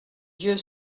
dieu